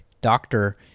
doctor